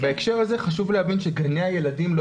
בהקשר הזה חשוב להבין שגני הילדים לא